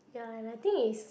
ya and I think is